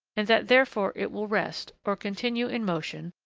and that therefore it will rest, or continue in motion,